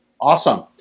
Awesome